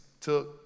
took